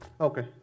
Okay